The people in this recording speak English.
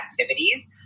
activities